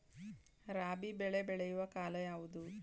ರಾಬಿ ಬೆಳೆ ಬೆಳೆಯುವ ಕಾಲ ಯಾವುದು?